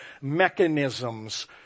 mechanisms